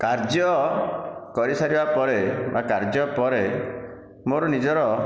କାର୍ଯ୍ୟ କରି ସାରିବା ପରେ ବା କାର୍ଯ୍ୟ ପରେ ମୋର ନିଜର